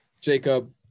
Jacob